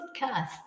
podcast